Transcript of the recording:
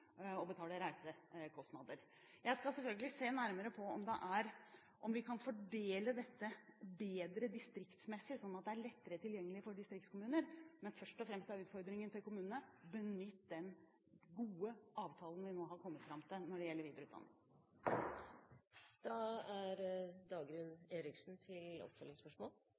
og betale reisekostnader. Jeg skal selvfølgelig se nærmere på om vi kan fordele dette bedre distriktsmessig, sånn at det er lettere tilgjengelig for distriktskommuner. Men først og fremst er utfordringen til kommunene: Benytt den gode avtalen vi nå har kommet fram til når det gjelder videreutdanning! Fylkesmennenes rapport inn til